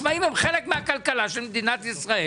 עצמאים הם חלק מהכלכלה של מדינת ישראל.